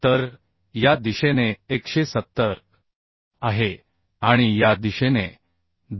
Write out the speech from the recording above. तर या दिशेने 170 आहे आणि या दिशेने 294